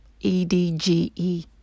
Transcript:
E-D-G-E